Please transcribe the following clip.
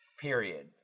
Period